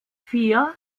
vier